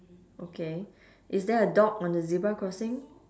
okay is there a dog on the zebra crossing